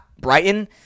Brighton